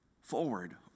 forward